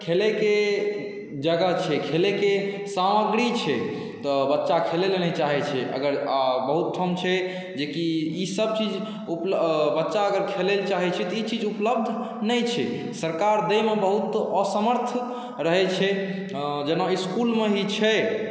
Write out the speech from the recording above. खेलैके जगह छै खेलैके सामग्री छै तऽ बच्चा खेलैलए नहि चाहै छै अगर आओर बहुत ठाम छै जेकि ईसब चीज उपलब्ध बच्चा अगर खेलैलए चाहै छै तऽ ई चीज उपलब्ध नहि छै सरकार दैमे बहुत असमर्थ रहै छै जेना इसकुलमे ही छै